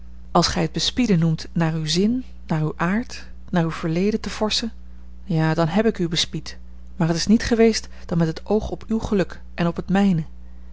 als gij het bespieden noemt naar uw zin naar uw aard naar uw verleden te vorschen ja dan heb ik u bespied maar het is niet geweest dan met het oog op uw geluk en op het mijne